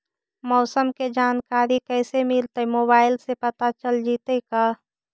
मौसम के जानकारी कैसे मिलतै मोबाईल से पता चल जितै का?